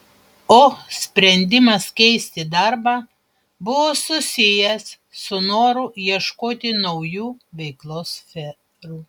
o sprendimas keisti darbą buvo susijęs su noru ieškoti naujų veiklos sferų